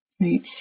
Right